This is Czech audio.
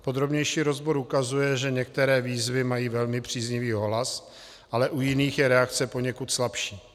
Podrobnější rozbor ukazuje, že některé výzvy mají velmi příznivý ohlas, ale u jiných je reakce poněkud slabší.